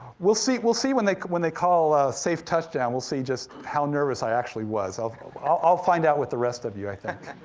we'll see we'll see when they when they call safe touchdown, we'll see just how nervous i actually was, i'll i'll find out with the rest of you, i think.